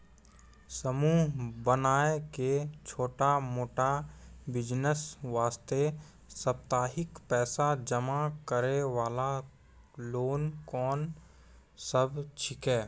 समूह बनाय के छोटा मोटा बिज़नेस वास्ते साप्ताहिक पैसा जमा करे वाला लोन कोंन सब छीके?